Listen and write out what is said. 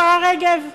השרה רגב?